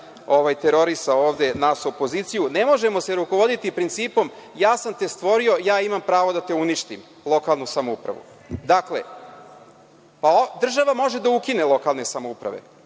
terorisao ovde, nas opoziciju, ne možemo se rukovoditi principom – ja sam te stvorio, ja imam pravo da te uništim, lokalnu samoupravu. Dakle, država može da ukine lokalne samouprave.